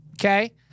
Okay